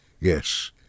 Yes